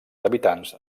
habitants